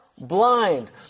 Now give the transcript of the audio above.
blind